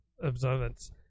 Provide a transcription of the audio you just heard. observance